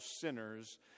sinners